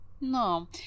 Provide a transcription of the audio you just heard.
No